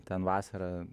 ten vasarą